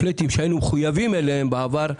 הפלטים שהיינו מחויבים אליהם בעבר,